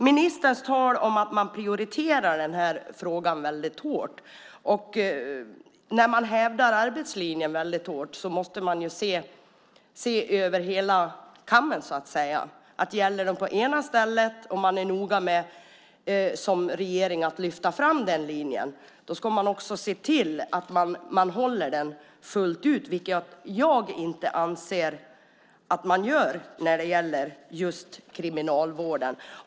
Ministern talar om att hon prioriterar den här frågan starkt och hävdar arbetslinjen väldigt hårt. Då måste ju hela kammen ses över, så att säga. Gäller arbetslinjen på det ena stället och regeringen är noga med att lyfta fram den, ska man också se till att den håller fullt ut, vilket jag inte anser att den gör när det gäller just kriminalvården.